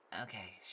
okay